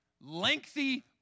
lengthy